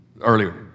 earlier